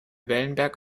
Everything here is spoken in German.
wellenberg